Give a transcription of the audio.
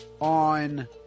on